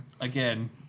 Again